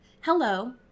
Hello